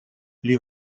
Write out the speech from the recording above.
les